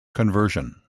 conversion